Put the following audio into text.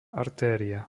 artéria